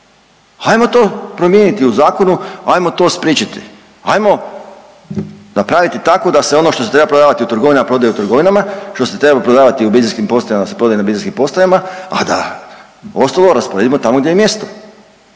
Hajmo to promijeniti u zakonu, ajmo to spriječiti, ajmo napraviti tako da se ono što se treba prodavati u trgovinama prodaje u trgovinama, što se treba prodavati u benzinskim postajama da se prodaje na benzinskim postajama, a da ostalo rasporedimo tamo gdje im je mjesto